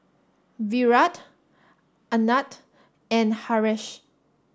Virat Anand and Haresh